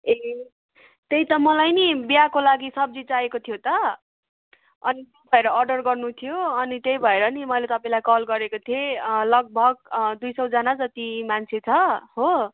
ए त्यही त मलाई नि बिहाको लागि सब्जी चाहिएको थियो त अनि त्यही भएर अर्डर गर्नु थियो अनि त्यही भएर नि मैले तपाईँलाई कल गरेको थिएँ लगभग दुई सौजना जति मान्छे छ हो